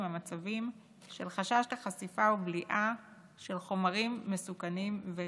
מצבים של חשש לחשיפה או בליעה של חומרים מסוכנים ורעילים.